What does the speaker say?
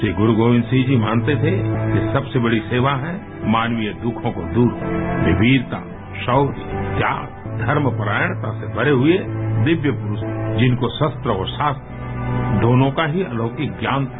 श्रीगुरू गोविन्द सिंह जी मानते थे सबसे बड़ी सेवा है मानवीय दुखों को दूर करना वे वीरता शौर्य त्याग धर्म परायण से भरे हुए दिव्य पूरूष थे जिनको शस्त्र और शास्त्र दोनों का ही अलौकिक ज्ञान था